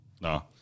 No